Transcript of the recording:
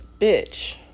bitch